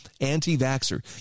anti-vaxxer